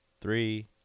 Three